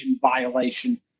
violation